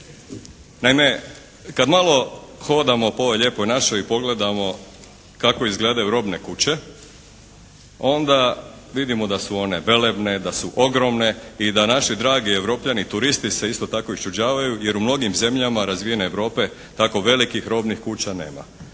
Naime, kad malo hodamo po ovoj "Lijepoj našoj" i pogledamo kako izgledaju robne kuće onda vidimo da su one velebne, da su ogromne i da naši dragi Europljani turisti se isto tako isčuđavaju jer u mnogim zemljama razvijene Europe tako velikih robnih kuća nema.